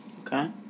Okay